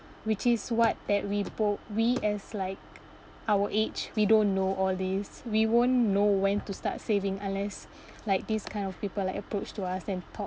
which is what that we bo~ we as like our age we don't know all these we won't know when to start saving unless like this kind of people like approach to us and talk